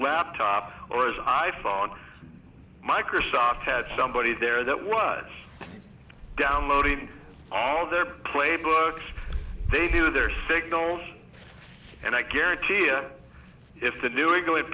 laptop or as i phone microsoft had somebody there that was downloading all their playbooks they do their signals and i guarantee a if the new england